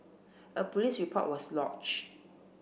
a police report was lodged